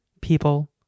people